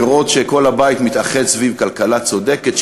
לראות שכל הבית מתאחד סביב כלכלה צודקת,